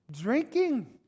drinking